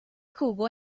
jugó